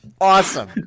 Awesome